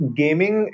gaming